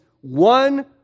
one